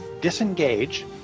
disengage